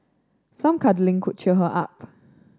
some cuddling could cheer her up